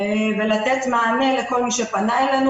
ולתת מענה לכל מי שפנה אלינו.